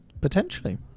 Potentially